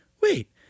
wait